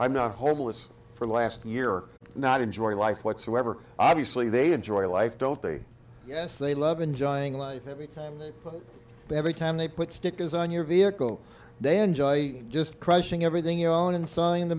i'm not horrible was for last year not enjoying life whatsoever obviously they enjoy life don't they yes they love enjoying life every time every time they put stickers on your vehicle they enjoy just crushing everything you own and sign the